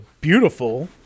beautiful